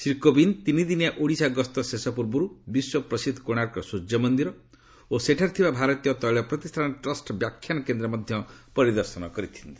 ଶ୍ରୀ କୋବିନ୍ଦ ତିନିଦିନିଆ ଓଡ଼ିଶା ଗସ୍ତ ଶେଷ ପୂର୍ବରୁ ବିଶ୍ୱପ୍ରସିଦ୍ଧ କୋଣାର୍କ ସୂର୍ଯ୍ୟମନ୍ଦିର ଓ ସେଠାରେ ଥିବା ଭାରତୀୟ ତୈଳ ପ୍ରତିଷ୍ଠାନ ଟ୍ରଷ୍ଟ ବ୍ୟାଖ୍ୟାନ କେନ୍ଦ୍ର ମଧ୍ୟ ପରିଦର୍ଶନ କରିଛନ୍ତି